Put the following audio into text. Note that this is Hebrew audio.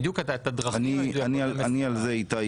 ברשותך איתי,